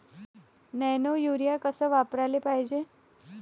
Nano urea कस वापराले पायजे?